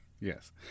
Yes